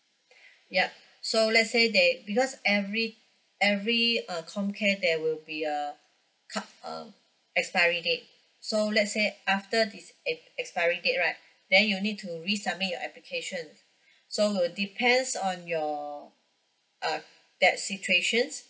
yup so let's say they because every every uh comcare there will be a cup~ err expiry date so let's say after this ex~ expiry date right then you need to resubmit your application so will depends on your uh that situation